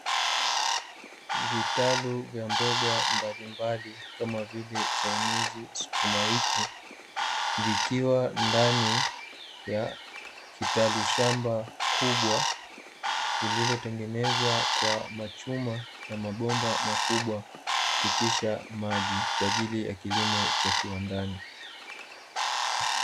Vitalu vya mboga mbalimbali kama vile chinese, sukuma wiki, vikiwa ndani ya kitalushamba kubwa, lililotengenezwa kwa machuma na mabomba makubwa kupitisha maji kwa ajili ya kilimo cha kiwandani.